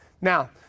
Now